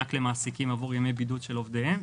מענק למעסיקים עבור ימי בידוד של עובדיהם,